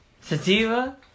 Sativa